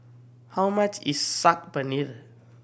how much is Saag Paneer